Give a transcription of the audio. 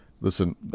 Listen